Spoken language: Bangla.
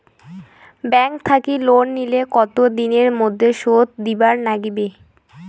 ব্যাংক থাকি লোন নিলে কতো দিনের মধ্যে শোধ দিবার নাগিবে?